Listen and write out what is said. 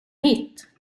hit